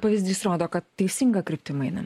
pavyzdys rodo kad teisinga kryptim einam